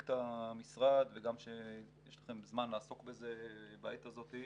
את המשרד וגם שיש לכם זמן לעסוק בזה בעת הזאת.